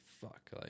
fuck